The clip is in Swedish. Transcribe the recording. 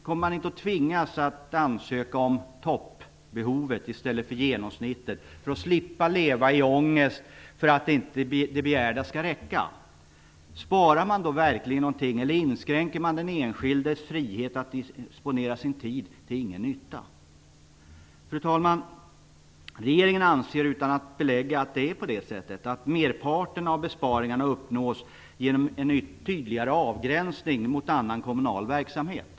Kommer inte människor att tvingas ansöka om toppbehovet i stället för genomsnittsbehovet, för att slippa leva i ångest över att det begärda inte skall räcka? Sparar man då verkligen någonting, eller innebär detta en meningslös inskränkning av den enskildes frihet att disponera sin tid? Fru talman! Regeringen anser, utan att belägga att det är så, att merparten av besparingarna uppnås genom en tydligare avgränsning mot annan kommunal verksamhet.